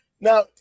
Now